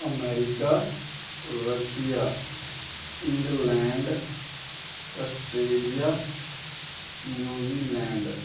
America Russia England Australia New Zealand